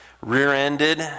rear-ended